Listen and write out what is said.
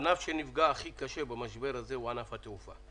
הענף שנפגע הכי קשה במשבר הזה הוא ענף התעופה.